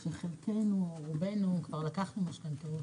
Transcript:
חלקנו, רובנו כבר לקחנו משכנתאות.